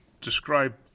describe